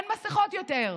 אין מסכות יותר.